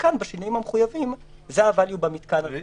וכאן בשינויים המחויבים זה ה-value במתקן הזה.